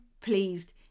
pleased